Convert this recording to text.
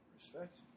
Respect